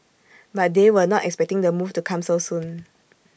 but they were not expecting the move to come so soon